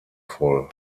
voll